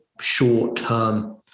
short-term